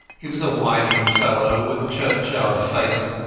he was a whining fellow with a churchyard face,